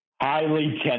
Highly